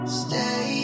stay